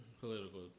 Political